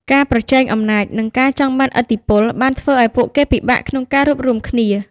ការប្រជែងអំណាច និងការចង់បានឥទ្ធិពល បានធ្វើឱ្យពួកគេពិបាកក្នុងការរួបរួមគ្នា។